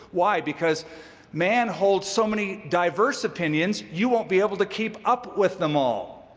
why? because man holds so many diverse opinions, you won't be able to keep up with them all.